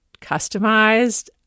customized